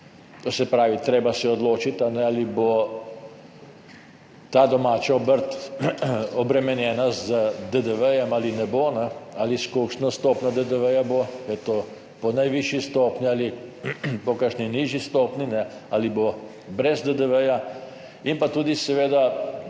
To se pravi, treba se je odločiti, ali bo ta domača obrt obremenjena z DDV ali ne bo, s kakšno stopnjo DDV bo, ali je to po najvišji stopnji ali po kakšni nižji stopnji, ali bo brez DDV in pa seveda